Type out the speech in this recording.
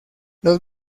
los